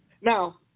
Now